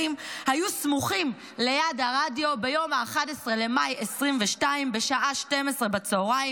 היו סמוכים ליד הרדיו ביום 11 במאי 2022 בשעה 12:00,